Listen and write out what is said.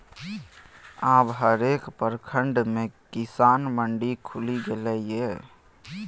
अब हरेक प्रखंड मे किसान मंडी खुलि गेलै ये